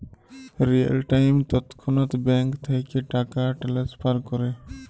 real time তৎক্ষণাৎ bank থ্যাইকে টাকা টেলেসফার ক্যরা